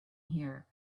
here